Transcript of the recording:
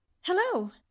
Hello